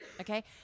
Okay